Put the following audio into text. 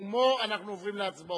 סיכומו אנחנו עוברים להצבעות.